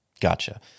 Gotcha